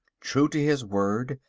true to his word,